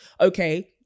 okay